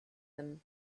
them